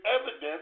evidence